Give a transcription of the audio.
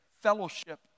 fellowship